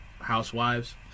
housewives